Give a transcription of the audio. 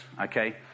Okay